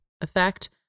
effect